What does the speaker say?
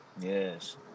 yes